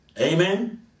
Amen